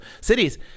cities